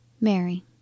MARY